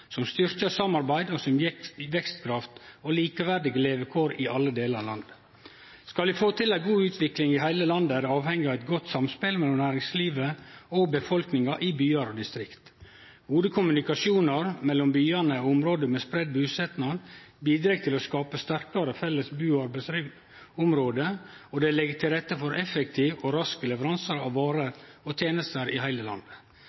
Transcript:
som styrkjer samarbeid og gjev vekstkraft og likeverdige levekår i alle delar av landet. Skal vi få til god utvikling i heile landet, er vi avhengige av godt samspel mellom næringslivet og befolkninga i byar og distrikt. Gode kommunikasjonar mellom byane og område med spreidd busetnad bidreg til å skape sterkare felles bu- og arbeidsområde, og det legg til rette for effektive og raske leveransar av varer og tenester i heile landet.